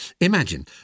Imagine